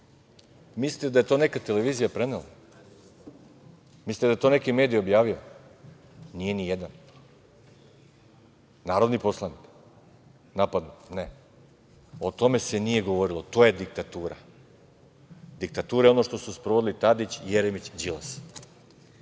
mislite li da je to neka televizija prenela? Mislite da je to neki mediji objavio? Nije nijedan. Narodni poslanik napadnut, ne. O tome se nije govorilo. To je diktatura. Diktatura je ono što su sprovodili Tadić, Jeremić, Đilas.